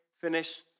finish